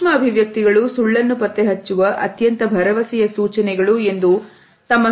ಸೂಕ್ಷ್ಮ ಅಭಿವ್ಯಕ್ತಿಗಳು ಸುಳ್ಳನ್ನು ಪತ್ತೆಹಚ್ಚುವ ಅತ್ಯಂತ ಭರವಸೆಯ ಸೂಚನೆಗಳು ಎಂದು ತಮ್ಮ ಸಂಶೋಧನೆಯಲ್ಲಿ ತಿಳಿಸಿದ್ದಾರೆ